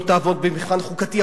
לא תעמוד במבחן חוקתי,